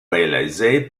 réalisée